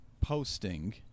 posting